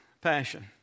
passion